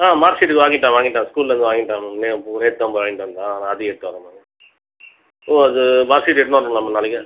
ஆ marksheet வாங்கிவிட்டான் வாங்கிட்டான் ஸ்கூலேருந்து வாங்கிவிட்டான் மேம் நேற்று தான் போய் வாங்கிட்டு வந்தான் நான் அதையும் எடுத்து வர்றேன் மேம் ஓ அது மார்க்ஷீட் எடுத்துன்னு வரணும்ங்களா மேம் நாளைக்கு